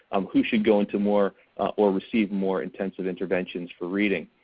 um who should go into more or receive more intensive interventions for reading.